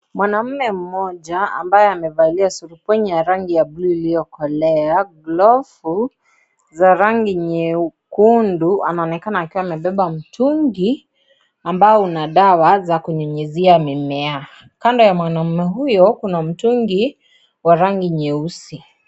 Mwanamme mmoja ambaye amevalia surupwenye ya rangi ya bulu iliyokolea, glovu za rangi nyekundu, anaonekana akiwa amebeba mtungi ambao una dawa za kunyunyuzia mimea, kando ya mwanamme huyo kuna mtungi wa rangi nyeusi.